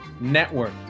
Network